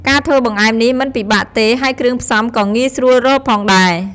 ការធ្វើបង្អែមនេះមិនពិបាកទេ ហើយគ្រឿងផ្សំក៏ងាយស្រួលរកផងដែរ។